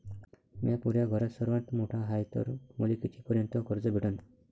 म्या पुऱ्या घरात सर्वांत मोठा हाय तर मले किती पर्यंत कर्ज भेटन?